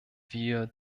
wir